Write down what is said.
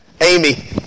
Amy